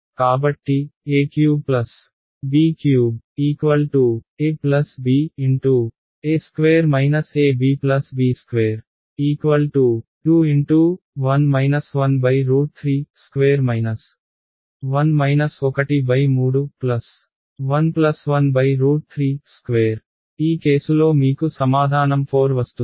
కాబట్టి a³b³ ab a² abb² 21 1√3² 1 ⅓11√3² ఈ కేసులో మీకు సమాధానం 4 వస్తుంది